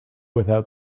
without